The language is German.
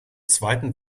zweiten